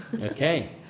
Okay